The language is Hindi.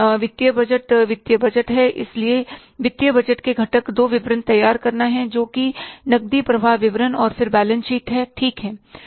वित्तीय बजट वित्तीय बजट है इसलिए वित्तीय बजट के घटक दो विवरण तैयार करना है जो कि नकदी प्रवाह विवरण और फिर बैलेंस शीट है ठीक है